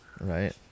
Right